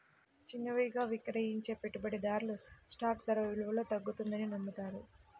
చిన్నవిగా విక్రయించే పెట్టుబడిదారులు స్టాక్ ధర విలువలో తగ్గుతుందని నమ్ముతారు